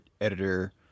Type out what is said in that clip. Editor